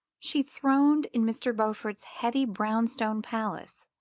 she throned in mr. beaufort's heavy brown-stone palace,